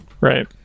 Right